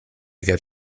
get